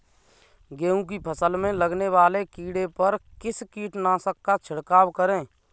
गेहूँ की फसल में लगने वाले कीड़े पर किस कीटनाशक का छिड़काव करें?